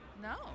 No